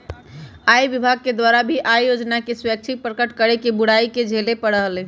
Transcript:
आय विभाग के द्वारा भी आय योजना के स्वैच्छिक प्रकट करे के बुराई के झेले पड़ा हलय